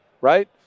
right